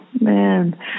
man